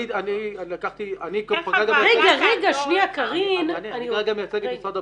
אני לקחתי --- אני כרגע מייצג את משרד הבריאות.